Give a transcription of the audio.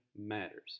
matters